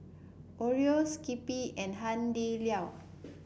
Oreo Skippy and Hai Di Lao